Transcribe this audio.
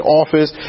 office